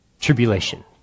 tribulation